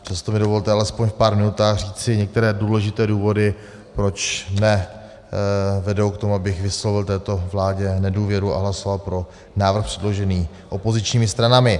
Přesto mi dovolte alespoň v pár minutách říci některé důležité důvody, které mne vedou k tomu, abych vyslovil této vládě nedůvěru a hlasoval pro návrh předložený opozičními stranami.